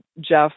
Jeff